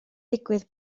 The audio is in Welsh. digwydd